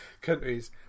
countries